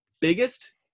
biggest –